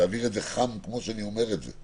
תעביר את זה חם כמו שאני אומר את זה